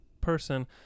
person